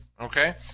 okay